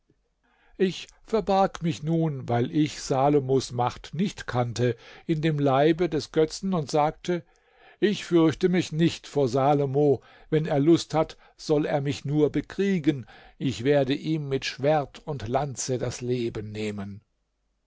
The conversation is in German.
ich verbarg mich nun weil ich salomos macht nicht kannte in dem leibe des götzen und sagte ich fürchte mich nicht vor salomo wenn er lust hat soll er mich nur bekriegen ich werde ihm mit schwert und lanze das leben nehmen